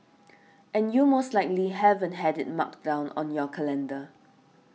and you most likely haven't had it marked down on your calendar